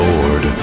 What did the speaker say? Lord